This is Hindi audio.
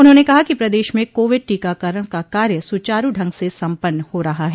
उन्होंने कहा कि प्रदेश में कोविड टीकाकरण कार्य सुचारू ढंग से सम्पन्न हो रहा है